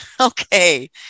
okay